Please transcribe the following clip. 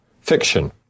fiction